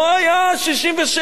לא היה 67',